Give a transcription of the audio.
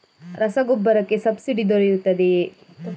ರಸಗೊಬ್ಬರಕ್ಕೆ ಸಬ್ಸಿಡಿ ಸಿಗುತ್ತದೆಯೇ?